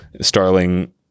Starling